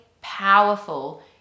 powerful